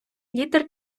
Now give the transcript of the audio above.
лідер